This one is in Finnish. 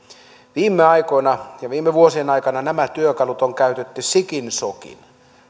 viime aikoina ja viime vuosien aikana nämä työkalut on käytetty sikin sokin